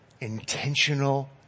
intentional